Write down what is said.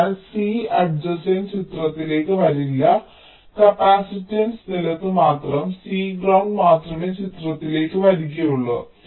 അതിനാൽ C adjacent ചിത്രത്തിലേക്ക് വരില്ല കപ്പാസിറ്റൻസ് നിലത്തുമാത്രം C ഗ്രൌണ്ട് മാത്രമേ ചിത്രത്തിലേക്ക് വരികയുള്ളൂ